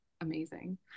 amazing